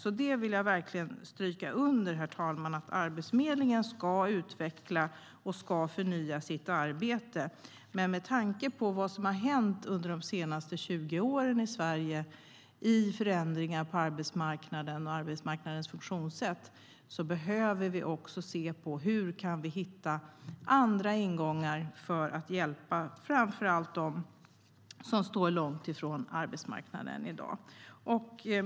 Jag vill verkligen stryka under, herr talman, att Arbetsförmedlingen ska utveckla och förnya sitt arbete, men med tanke på vad som har hänt under de senaste 20 åren i Sverige med förändringar på arbetsmarknaden och dess funktionssätt behöver vi också se hur vi kan hitta andra ingångar för att hjälpa framför allt dem som står långt från arbetsmarknaden i dag.